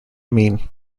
mean